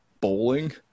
bowling